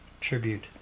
tribute